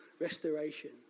restoration